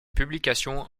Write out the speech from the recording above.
publications